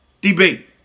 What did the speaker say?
debate